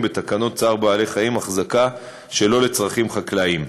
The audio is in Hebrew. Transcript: בתקנות צער בעלי-חיים (החזקה שלא לצרכים חקלאיים).